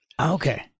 Okay